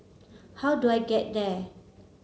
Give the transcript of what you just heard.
how do I get there